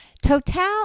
Total